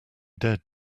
dared